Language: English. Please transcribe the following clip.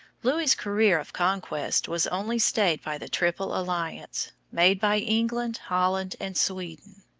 louis' career of conquest was only stayed by the triple alliance, made by england, holland, and sweden.